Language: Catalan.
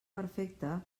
perfecte